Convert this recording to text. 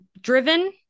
driven